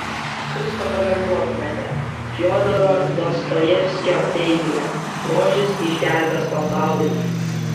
kaip pakomentuotumėte fiodoro dostojevskio teiginį grožis išgelbės pasaulį